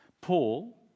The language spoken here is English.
Paul